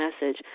message